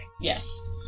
Yes